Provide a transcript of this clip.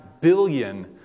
billion